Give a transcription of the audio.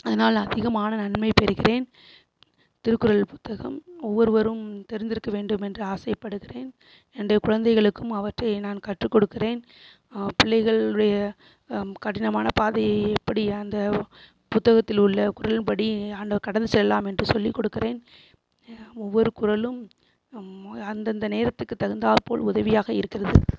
அதனால் அதிகமான நன்மை பெறுகிறேன் திருக்குறள் புத்தகம் ஒவ்வொருவரும் தெரிந்திருக்க வேண்டும் என்று ஆசைப்படுகிறேன் என்னுடைய குழந்தைகளுக்கும் அவற்றை நான் கற்றுக் கொடுக்கிறேன் பிள்ளைகளுடைய கடினமானப் பாதையை எப்படி அந்தப் புத்தகத்தில் உள்ள குறளின்படி ஆண்ட கடந்து செல்லலாம் என்று சொல்லி கொடுக்கிறேன் ஒவ்வொரு குறளும் மொ அந்தந்த நேரத்துக்கு தகுந்தாற் போல் உதவியாக இருக்கிறது